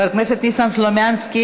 חבר הכנסת ניסן סלומינסקי,